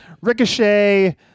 Ricochet